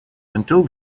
until